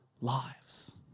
lives